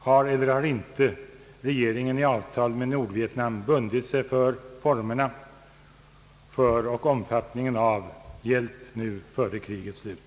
Har eller har inte regeringen i avtal med Nordvietnam bundit sig för formerna för och omfattningen av hjälp nu före krigets slut?